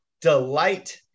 delight